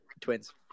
twins